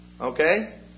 Okay